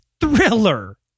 thriller